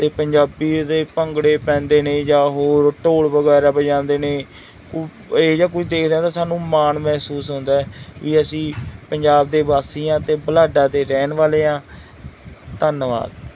ਅਤੇ ਪੰਜਾਬੀਆਂ ਦੇ ਭੰਗੜੇ ਪੈਂਦੇ ਨੇ ਜਾਂ ਹੋਰ ਢੋਲ ਵਗੈਰਾ ਵਜਾਉਂਦੇ ਨੇ ਉਹ ਇਹੋ ਜਿਹਾ ਕੁਛ ਦੇਖਦੇ ਹਾਂ ਤਾਂ ਸਾਨੂੰ ਮਾਣ ਮਹਿਸੂਸ ਹੁੰਦਾ ਵੀ ਅਸੀਂ ਪੰਜਾਬ ਦੇ ਵਾਸੀ ਹਾਂ ਅਤੇ ਬੁਢਲਾਡਾ ਦੇ ਰਹਿਣ ਵਾਲੇ ਹਾਂ ਧੰਨਵਾਦ